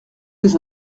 les